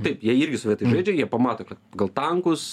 taip jie irgi svetimi jie pamato kad gal tankus